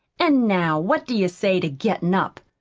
an' now what do you say to gettin' up?